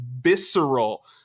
visceral